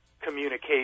communication